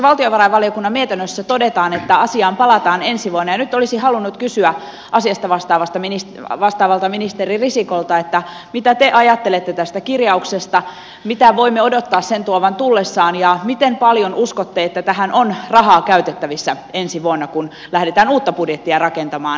valtiovarainvaliokunnan mietinnössä todetaan että asiaan palataan ensi vuonna ja nyt olisin halunnut kysyä asiasta vastaavalta ministeri risikolta mitä te ajattelette tästä kirjauksesta mitä voimme odottaa sen tuovan tullessaan ja miten paljon uskotte että tähän on rahaa käytettävissä ensi vuonna kun lähdetään uutta budjettia rakentamaan sitten tämän jälkeen